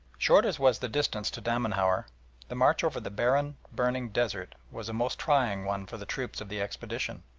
short as was the distance to damanhour, the march over the barren, burning desert was a most trying one for the troops of the expedition,